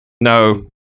No